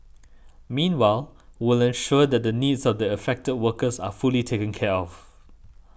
meanwhile will ensure that the needs of the affected workers are fully taken care of